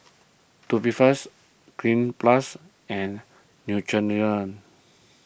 Tubifast Cleanz Plus and Neutrogena